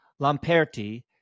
Lamperti